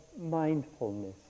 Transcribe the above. mindfulness